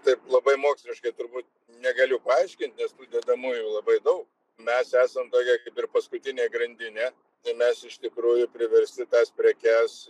taip labai moksliškai turbūt negaliu paaiškint nes dedamųjų labai daug mes esam tokia kaip ir paskutinė grandinė ir mes iš tikrųjų priversti tas prekes